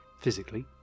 physically